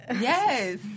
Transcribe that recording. Yes